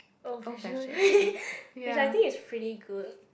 oh which I think is pretty good